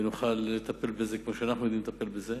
ונוכל לטפל בזה כמו שאנחנו יודעים לטפל בזה.